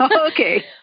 Okay